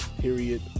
Period